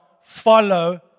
follow